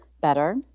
better